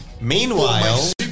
Meanwhile